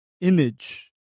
Image